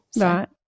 Right